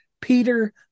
Peter